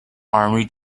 army